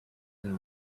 and